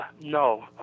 No